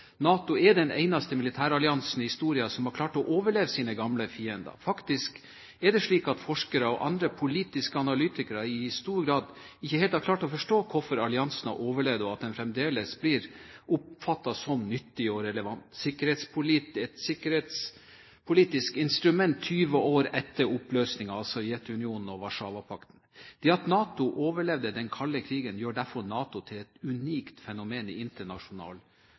NATO er den eneste militæralliansen i historien som har klart å overleve sine gamle fiender. Faktisk er det slik at forskere og andre politiske analytikere i stor grad ikke helt har klart å forstå hvorfor alliansen har overlevd, og at den fremdeles blir oppfattet som nyttig og relevant. Den er et sikkerhetspolitisk instrument 20 år etter oppløsningen av Sovjetunionen og Warszawapakten. Det at NATO overlevde den kalde krigen, gjør derfor NATO til et unikt fenomen i internasjonal